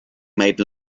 made